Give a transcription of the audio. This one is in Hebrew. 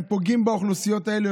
הם פוגעים באוכלוסיות האלה.